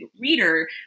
reader